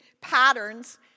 patterns